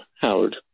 Howard